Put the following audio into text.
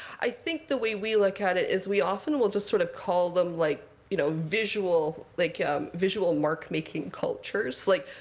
i think the way we look at it is we often will just sort of call them like you know visual like visual mark-making cultures. like,